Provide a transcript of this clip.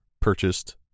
purchased